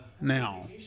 now